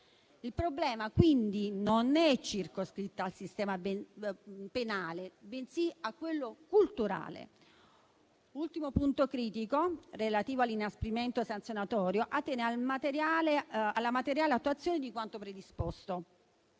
Il problema, quindi, non è circoscritto al sistema penale, bensì a quello culturale. L'ultimo punto critico relativo all'inasprimento sanzionatorio attiene alla materiale attuazione di quanto predisposto.